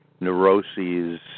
neuroses